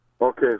Okay